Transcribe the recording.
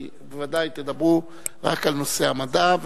כי בוודאי תדברו רק על נושא המדע,